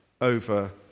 over